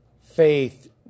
Faith